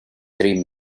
three